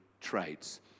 traits